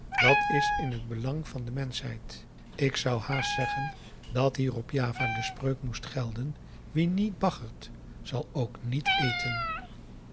dat is in het belang van de menschheid ik zou haast zeggen dat hier op java de spreuk moest gelden wie niet baggert zal ook niet eten